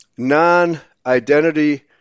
Non-identity